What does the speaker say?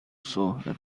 صحبت